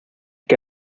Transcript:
que